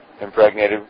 impregnated